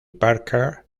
parker